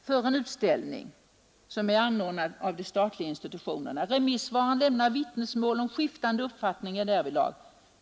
för en utställning som är anordnad av de statliga institutionerna. Remissvaren lämnar vittnesmål om skiftande uppfattningar därvidlag.